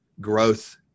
growth